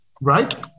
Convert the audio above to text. right